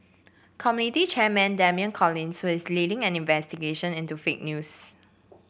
committee chairman Damian Collins who is leading an investigation into fake news